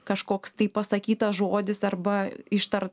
kažkoks tai pasakytas žodis arba ištar